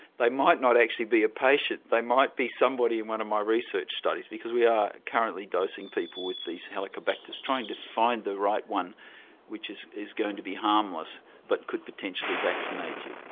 they might not actually be a patient, they might be somebody in one of my research studies because we are currently dosing people with these helicobacters, trying to find the right one which is is going to be harmless but could potentially vaccinate you.